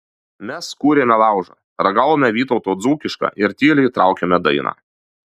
mes kūrėme laužą ragavome vytauto dzūkišką ir tyliai traukėme dainą